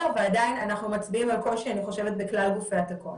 ועדיין אנחנו מצביעים על קושי אני חושבת בכלל גופי התקון.